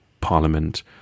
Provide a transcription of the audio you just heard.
parliament